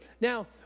Now